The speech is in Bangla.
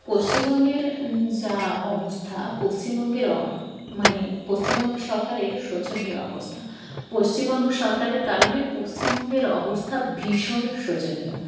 পশ্চিমবঙ্গের যা অবস্থা পশ্চিমবঙ্গের অ মানে পশ্চিমবঙ্গ সরকারের শোচনীয় অবস্থা পশ্চিমবঙ্গ সরকারের কারণে পশ্চিমবঙ্গের অবস্থা ভীষণ শোচনীয়